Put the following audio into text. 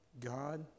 god